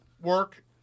work